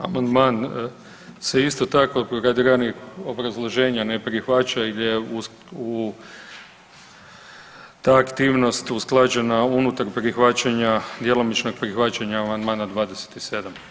Amandman se isto tako radi ranijih obrazloženja ne prihvaća gdje u ta aktivnost usklađena unutar prihvaćanja, djelomičnog prihvaćanja amandman 27.